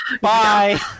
Bye